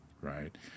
right